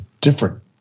different